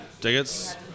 tickets